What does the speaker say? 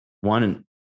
one